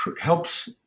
helps